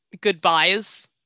goodbyes